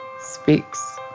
speaks